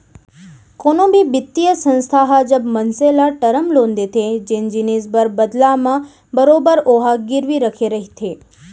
कोनो भी बित्तीय संस्था ह जब मनसे न टरम लोन देथे जेन जिनिस बर बदला म बरोबर ओहा गिरवी रखे रहिथे